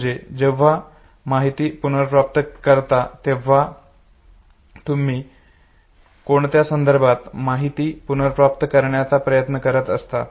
म्हणजे जेव्हा तुम्ही माहिती पुनर्प्राप्त करता तेव्हा तुम्ही कोणत्या संदर्भात माहिती पुनर्प्राप्त करण्याचा प्रयत्न करत असतात